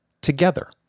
together